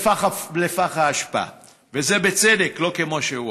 לפח האשפה, וזה בצדק, לא כמו שהוא אמר.